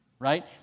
Right